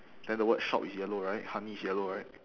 then the word shop is yellow right honey is yellow right